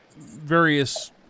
various